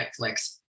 Netflix